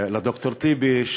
לד"ר טיבי,